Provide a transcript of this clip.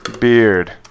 Beard